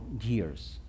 years